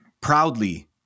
Proudly